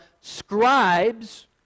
scribes